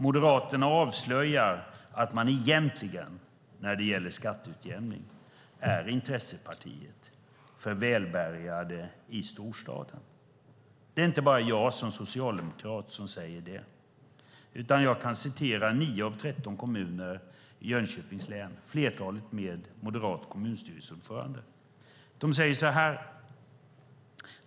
Moderaterna avslöjar att man egentligen när det gäller skatteutjämning är intressepartiet för välbärgade i storstaden. Det är inte bara jag som socialdemokrat som säger det. Jag kan återge vad 9 av 13 kommuner i Jönköpings län, flertalet med moderat kommunstyrelseordförande, säger.